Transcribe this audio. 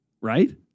right